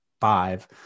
five